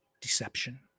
Deception